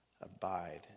abide